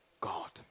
God